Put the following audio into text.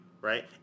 right